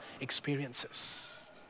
experiences